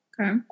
Okay